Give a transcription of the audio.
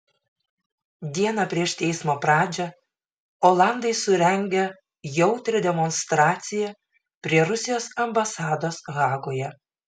dieną prieš teismo pradžią olandai surengė jautrią demonstraciją prie rusijos ambasados hagoje